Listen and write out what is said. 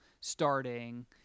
starting